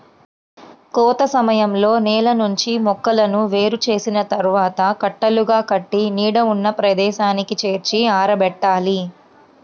కోత సమయంలో నేల నుంచి మొక్కలను వేరు చేసిన తర్వాత కట్టలుగా కట్టి నీడ ఉన్న ప్రదేశానికి చేర్చి ఆరబెట్టాలి